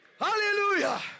hallelujah